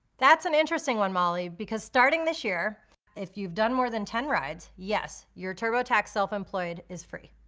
that's an interesting one, molly, because starting this year if you've done more than ten rides, yes, you're turbotax self-employed is free.